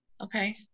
Okay